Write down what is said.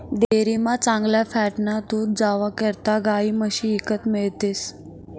डेअरीमा चांगला फॅटनं दूध जावा करता गायी म्हशी ईकत मिळतीस